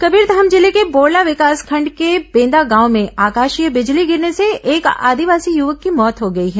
कबीरधाम जिले के बोड़ला विकासखंड के बेन्दा गांव में आकाशीय बिजली गिरने से एक आदिवासी युवक की मौत हो गई है